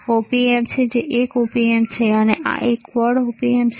આ op amp છે જે એક op amp છેઆ એક ક્વોડ op amp છે